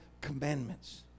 commandments